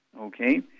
Okay